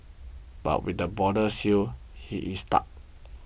but with the borders sealed he is stuck